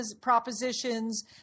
propositions